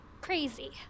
crazy